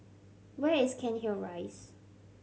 where is Cairnhill Rise